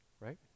right